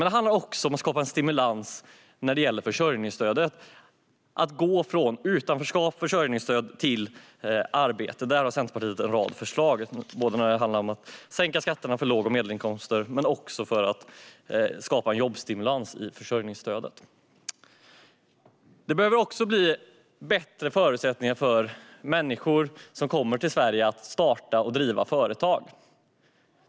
Det handlar också om att skapa en stimulans i försörjningsstödet så att man kan gå från utanförskap och försörjningsstöd till arbete. Centerpartiet har en rad förslag vad gäller att sänka skatter för dem med låga inkomster och medelinkomster och för att skapa jobbstimulans i försörjningsstödet. Förutsättningarna behöver bli bättre för människor som kommer till Sverige så att de kan starta och driva företag.